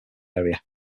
area